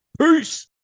peace